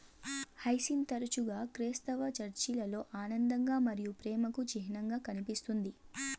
hyacinth తరచుగా క్రైస్తవ చర్చిలలో ఆనందం మరియు ప్రేమకు చిహ్నంగా కనిపిస్తుంది